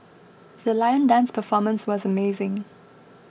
the lion dance performance was amazing